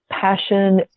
passion